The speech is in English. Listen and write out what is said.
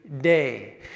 day